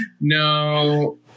no